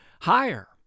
higher